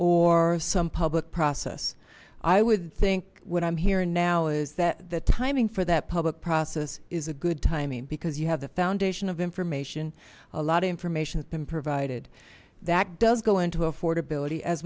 or some public process i would think what i'm hearing now is that the timing for that public process is a good timing because you have the foundation of information a lot of information has been provided that does go into affordability as